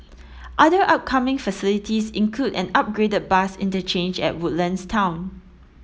other upcoming facilities include an upgraded bus interchange at Woodlands town